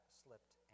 slipped